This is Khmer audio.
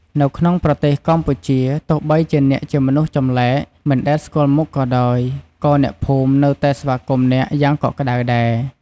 នៅក្នុងប្រទេសកម្ពុជា ទោះបីជាអ្នកជាមនុស្សចម្លែក មិនដែលស្គាល់មុខក៏ដោយ ក៏អ្នកភូមិនៅតែស្វាគមន៍អ្នកយ៉ាងកក់ក្តៅដែរ។